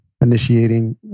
initiating